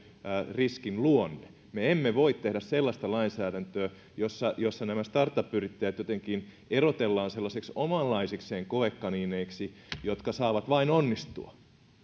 riskin luonne me emme voi tehdä sellaista lainsäädäntöä jossa jossa nämä startup yrittäjät jotenkin erotellaan omanlaisikseen koekaniineiksi jotka saavat vain onnistua